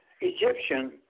Egyptian